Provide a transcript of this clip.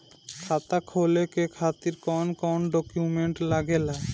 खाता खोले के खातिर कौन कौन डॉक्यूमेंट लागेला?